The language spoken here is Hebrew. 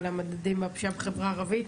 על המדדים בפשיעה בחברה הערבית.